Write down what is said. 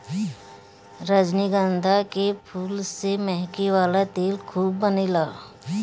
रजनीगंधा के फूल से महके वाला तेल खूब बनेला